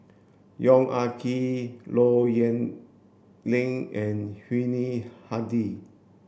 Yong Ah Kee Low Yen Ling and Yuni Hadi